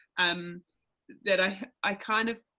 and that i, i kind of,